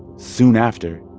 soon after.